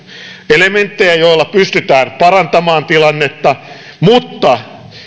elementtejä joilla pystytään parantamaan tilannetta mutta